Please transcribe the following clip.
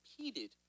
repeated